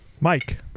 Mike